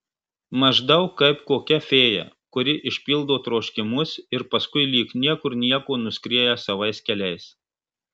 maždaug kaip kokia fėja kuri išpildo troškimus ir paskui lyg niekur nieko nuskrieja savais keliais